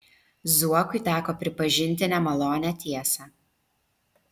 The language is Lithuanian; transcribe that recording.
zuokui teko pripažinti nemalonią tiesą